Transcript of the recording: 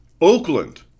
Oakland